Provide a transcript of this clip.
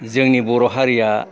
जोंनि बर' हारिया